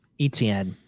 ETN